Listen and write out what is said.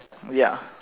ya